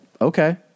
okay